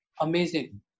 amazing